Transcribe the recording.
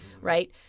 right